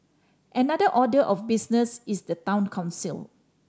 another order of business is the Town Council